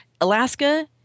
Alaska